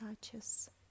touches